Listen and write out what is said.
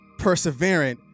perseverant